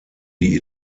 die